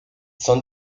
son